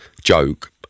joke